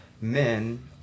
men